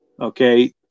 okay